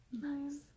Nice